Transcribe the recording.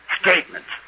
statements